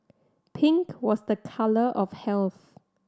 pink was the colour of health